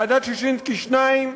ועדת ששינסקי 2,